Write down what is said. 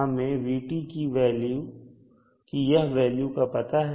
हमें v की यह वैल्यू पता है